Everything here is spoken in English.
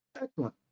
Excellent